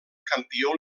campió